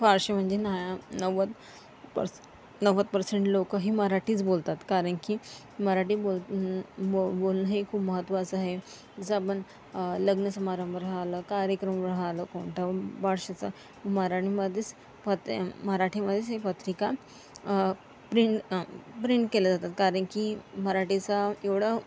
फारशी म्हणजे ना नव्वद पर्स नव्वद पर्सेंट लोकं ही मराठीच बोलतात कारण की मराठी बोल बो बोलणं हे खूप महत्त्वाचं आहे जसं आपण लग्नसमारंभ राहिलं कार्यक्रम राहिला कोणता बार्शीचा मराठीमध्येच फक्त मराठीमध्येच ही पत्रिका प्रिन प्रिन केल्या जातात कारण की मराठीसा एवढं